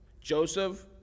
Joseph